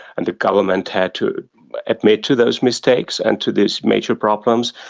and the government had to admit to those mistakes and to these major problems,